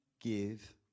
give